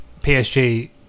PSG